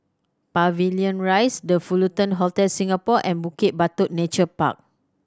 Pavilion Rise The Fullerton Hotel Singapore and Bukit Batok Nature Park